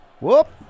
Whoop